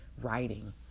writing